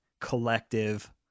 collective